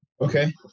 Okay